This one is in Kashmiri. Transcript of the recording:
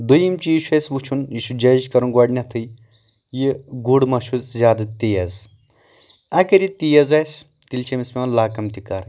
دوٚیِم چیٖز چھُ اسہِ وٕچھُن یہِ چھ جیج کرُن گۄڈٕنٮ۪تھٕے یہِ گُر ما چھُ زیادٕ تیز اگر یہِ تیز آسہِ تیٚلہِ چھِ أمِس پٮ۪وان لاکم تہِ کرٕنۍ